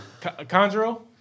Conjuro